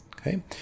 okay